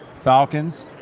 Falcons